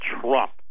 Trump